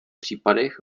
případech